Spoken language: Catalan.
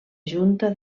junta